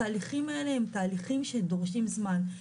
התהליכים האלה הם תהליכים שדורשים זמן.